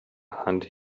and